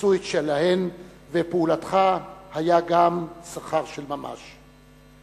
עשו את שלהן, ולפעולתך היה גם שכר של ממש.